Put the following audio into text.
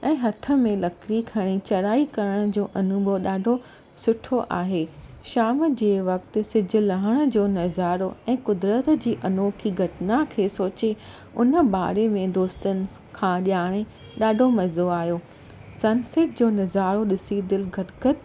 ऐं हथ में लकिड़ी खणी चढ़ाई करण जो अनुभव ॾाढो सुठो आहे शाम जे वक़्ति सिझ लहण जो नज़ारो ऐं क़ुदिरत जी अनोखी घटना खे सोची हुन बारे में दोस्तनि खां ॼाणे ॾाढो मज़ो आहियो सनसैट जो नज़ारो ॾिसी दिलि गद्गद